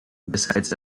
besides